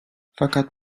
fakat